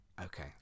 Okay